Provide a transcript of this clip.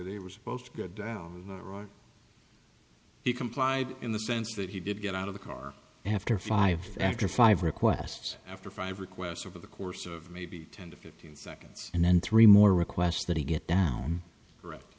they were supposed to go down the road he complied in the sense that he did get out of the car after five after five requests after five requests over the course of maybe ten to fifteen seconds and then three more requests that he get down